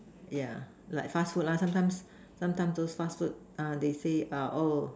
yeah like fast food lah sometimes sometimes those fast food ah they say ah oh